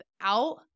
out